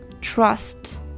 trust